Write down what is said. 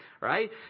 right